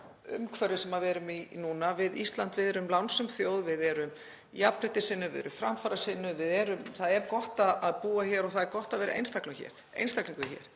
umhverfi sem við erum í núna. Við Íslendingar erum lánsöm þjóð, við erum jafnréttissinnuð, framfarasinnuð, það er gott að búa hér og það er gott að vera einstaklingur hér.